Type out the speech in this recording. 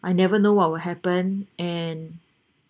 I never know what will happen and